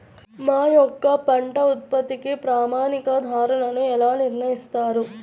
మా యొక్క పంట ఉత్పత్తికి ప్రామాణిక ధరలను ఎలా నిర్ణయిస్తారు?